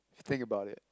think about it